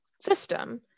system